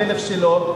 המלך שלו,